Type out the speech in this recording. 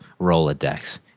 Rolodex